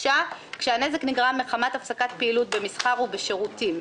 "(3)כשהנזק נגרם מחמת הפסקת פעילות במסחר ובשירותים,